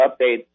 updates